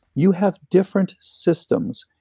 you have different systems,